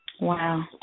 Wow